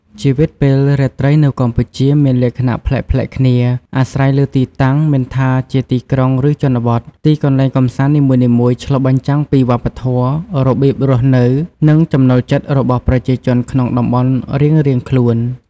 ជីវិតពេលរាត្រីនៅកម្ពុជាមានលក្ខណៈប្លែកៗគ្នាអាស្រ័យលើទីតាំង មិនថាជាទីក្រុង ឬជនបទ ទីកន្លែងកម្សាន្តនីមួយៗឆ្លុះបញ្ចាំងពីវប្បធម៌ របៀបរស់នៅ និងចំណូលចិត្តរបស់ប្រជាជនក្នុងតំបន់រៀងៗខ្លួន ។